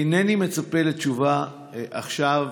אינני מצפה לתשובה עכשיו,